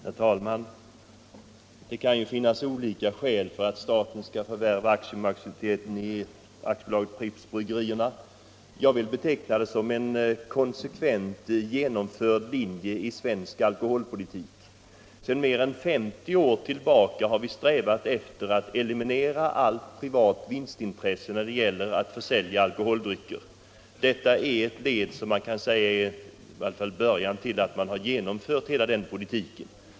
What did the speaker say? Herr talman! Det kan ju finnas olika skäl till att staten skall förvärva aktiemajoriteten i AB Pripps Bryggerier. Jag vill beteckna det som en konsekvent genomförd linje i svensk alkoholpolitik. Sedan mer än 50 år tillbaka har vi strävat efter att eliminera allt privat vinstintresse när det gäller att försälja alkoholdrycker. Man kan säga att detta i varje fall är början till att vi genomfört denna politik.